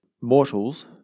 mortals